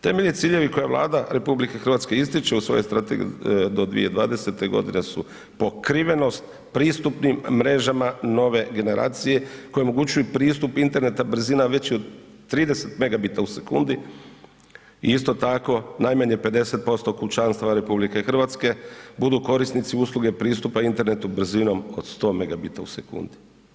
Temeljni ciljevi koje Vlada RH ističe u svojoj strategiji do 2020. g. su pokrivenost pristupnim mrežama nove generacije koje omogućuju pristup interneta, brzina većih od 30 megabajta u sekundi i isto tako najmanje 50% kućanstava RH budu korisnici usluge pristupa internetu brzinom od 100 megabajta u sekundi.